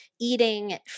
eating